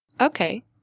Okay